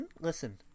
listen